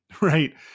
right